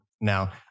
now